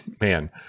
man